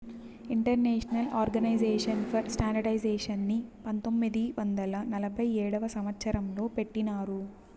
international organization for స్టాండర్డయిజేషన్ని పంతొమ్మిది వందల నలభై ఏడవ సంవచ్చరం లో పెట్టినారు